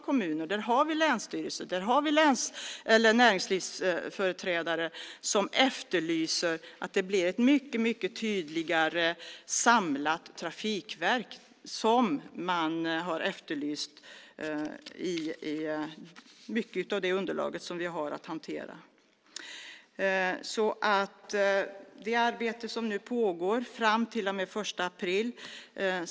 Kommuner, länsstyrelser och näringslivsföreträdare efterlyser ett mycket tydligare samlat trafikverk. Jag ser fram emot det arbete som ska pågå fram till den 1 april.